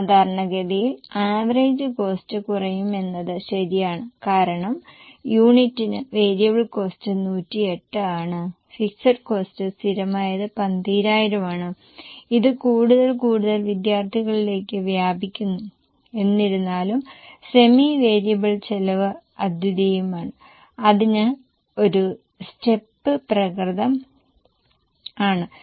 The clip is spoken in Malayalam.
സാധാരണഗതിയിൽ ആവറേജ് കോസ്ററ് കുറയുമെന്നത് ശരിയാണ് കാരണം യൂണിറ്റിന് വേരിയബിൾ കോസ്റ്റ് 108 ആണ് ഫിക്സഡ് കോസ്ററ് സ്ഥിരമായത് 12000 ആണ് ഇത് കൂടുതൽ കൂടുതൽ വിദ്യാർത്ഥികളിലേക്ക് വ്യാപിക്കുന്നു എന്നിരുന്നാലും സെമി വേരിയബിൾ ചെലവ് അദ്വിതീയമാണ് അതിന് ഒരു സ്റ്റെപ്പ് പ്രകൃതം ആണ്